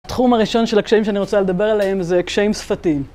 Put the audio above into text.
התחום הראשון של הקשיים שאני רוצה לדבר עליהם זה קשיים שפתיים.